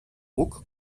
buc